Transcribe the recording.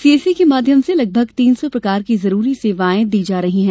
CAC के माध्यम से लगभग तीन सौ प्रकार की जरूरी सेवायें दी जा रही हैं